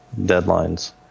deadlines